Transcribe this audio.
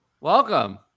welcome